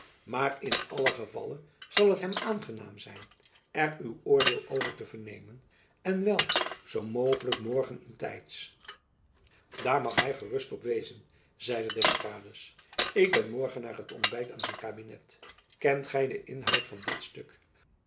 maar in allen gevalle zal het hem aangenaam zijn er uw oordeel over te vernemen en wel zoo mogelijk morgen in tijds jacob van lennep elizabeth musch daar mag hy gerust op wezen zeide d'estrades ik ben morgen na den ontbijt aan zijn kabinet kent gy den inhoud van dit stuk